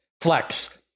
Flex